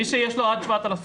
מי שיש לו עד 7,000,